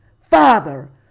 Father